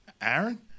Aaron